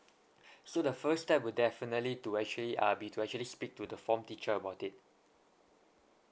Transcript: so the first step will definitely to actually ah be to actually speak to the form teacher about it